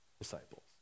disciples